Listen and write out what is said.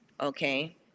okay